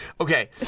Okay